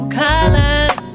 colors